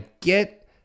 get